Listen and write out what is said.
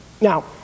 Now